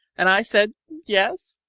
and i said, yes,